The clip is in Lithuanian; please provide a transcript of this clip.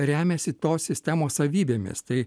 remiasi tos sistemos savybėmis tai